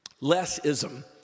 Less-ism